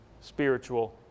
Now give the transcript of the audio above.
spiritual